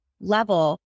level